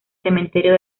cementerio